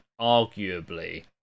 arguably